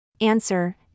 Answer